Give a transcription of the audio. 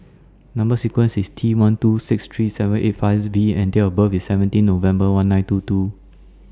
Number sequence IS T one two six three seven eight fives V and Date of birth IS seventeen November one nine two two